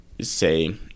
say